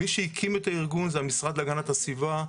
מי שהקים את הארגון זה המשרד להגנת הסביבה,